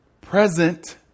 Present